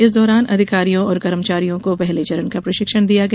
इस दौरान अधिकारियों और कर्मचारियों को पहले चरण का प्रशिक्षण दिया गया